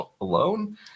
alone